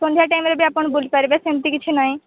ସନ୍ଧ୍ୟା ଟାଇମ୍ରେ ବି ଆପଣ ବୁଲିପାରେ ସେମିତି କିଛି ନାହିଁ